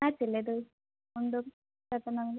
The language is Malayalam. മാച്ച് അല്ലെ ഇത് മുണ്ടും ഡ്രസ്സും തമ്മിൽ